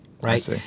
Right